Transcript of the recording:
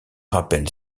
rappelle